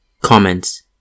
Comments